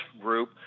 group